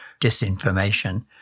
disinformation